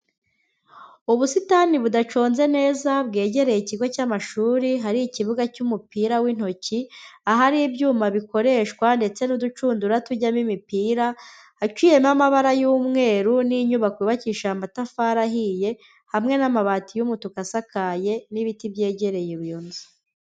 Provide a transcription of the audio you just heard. Ubusitani budaconze neza bwegereye ikigo cy'amashuri hari ikibuga cy'umupira w'intoki, ahari ibyuma bikoreshwa ndetse n'uducundura tujyamo imipira, haciyemo amabara y'umweru n'inyubako yubakishije amatafari ahiye, hamwe n'amabati y'umutuku asakaye n'ibiti byegereye iyo nzu.